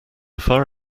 far